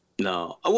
No